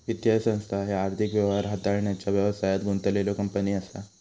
वित्तीय संस्था ह्या आर्थिक व्यवहार हाताळण्याचा व्यवसायात गुंतलेल्यो कंपनी असा